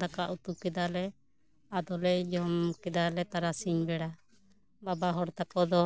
ᱫᱟᱠᱟ ᱩᱛᱩ ᱠᱮᱫᱟᱞᱮ ᱟᱫᱚᱞᱮ ᱡᱚᱢ ᱠᱮᱫᱟᱞᱮ ᱛᱟᱨᱟᱥᱤᱧ ᱵᱮᱲᱟ ᱵᱟᱵᱟ ᱦᱚᱲ ᱛᱟᱠᱚ ᱫᱚ